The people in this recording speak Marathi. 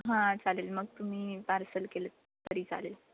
हां चालेल मग तुम्ही पार्सल केलंत तरी चालेल